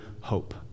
hope